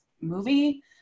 movie